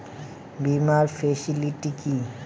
বীমার ফেসিলিটি কি?